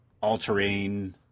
all-terrain